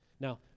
Now